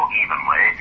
evenly